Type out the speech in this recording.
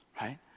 right